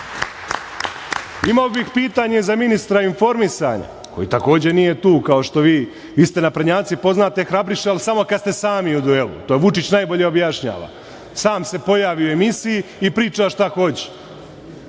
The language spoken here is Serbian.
bih pitanje za ministra informisanja, koji takođe nije tu, kao što vi ste naprednjaci poznate hrabriše, ali samo kad ste sami u duelu, to Vučić najbolje objašnjava, sam se pojavi u emisiji i priča šta hoće.